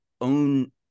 own